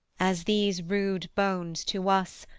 as these rude bones to us,